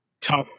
tough